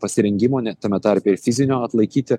pasirengimo net tame tarpe ir fizinio atlaikyti